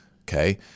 Okay